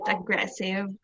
aggressive